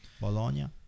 Bologna